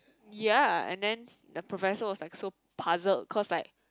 ya and then the professor was like so puzzled cause like